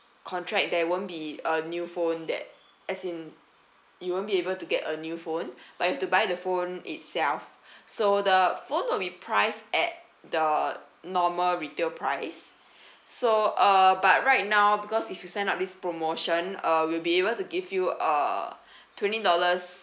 contract there won't be a new phone that as in you won't be able to get a new phone but you have to buy the phone itself so the phone will be priced at the normal retail price so uh but right now because if you sign up this promotion uh we'll be able to give you uh twenty dollars